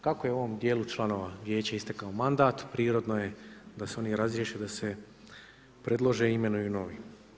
Kako je ovom dijelu članova Vijeća istekao mandat prirodno je da se oni razriješe i da se predlože i imenuju novi.